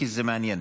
כי זה מעניין.